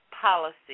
policy